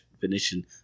definition